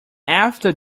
after